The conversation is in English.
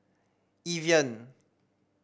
Evian